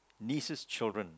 nieces children